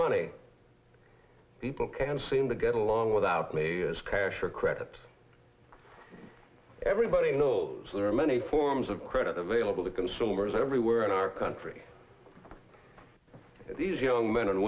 money people can't seem to get along without me cash or credit everybody knows there are many forms of credit available to consumers everywhere in our country these young men and